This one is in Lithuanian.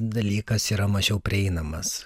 dalykas yra mažiau prieinamas